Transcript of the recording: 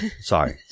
Sorry